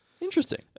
Interesting